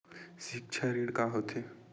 सिक्छा ऋण का होथे?